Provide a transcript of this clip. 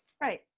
Right